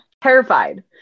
Terrified